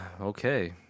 okay